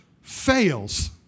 fails